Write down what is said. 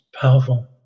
powerful